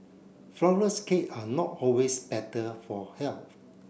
flourless cake are not always better for health